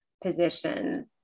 position